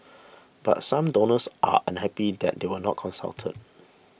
but some donors are unhappy that they were not consulted